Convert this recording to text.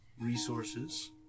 resources